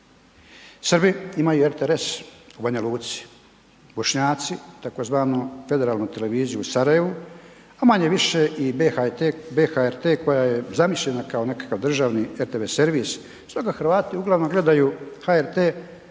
Srbi imaju RTS u Banja Luci, Bošnjaci tzv. Federalnu televiziju u Sarajevu, a manje-više BHRT koja je zamišljena kao nekakav državni RTV servis stoga Hrvati uglavnom gledaju HRT